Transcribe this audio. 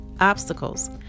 obstacles